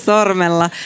Sormella